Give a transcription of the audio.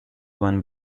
won